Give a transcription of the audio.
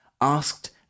asked